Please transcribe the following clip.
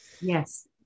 yes